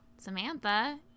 Samantha